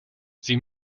sie